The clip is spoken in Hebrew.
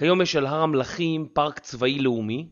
היום יש על הר המלכים, פארק צבאי לאומי